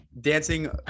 dancing